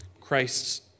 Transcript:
Christ's